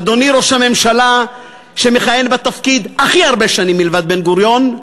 אדוני ראש הממשלה שמכהן בתפקיד הכי הרבה שנים לבד מבן-גוריון,